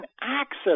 access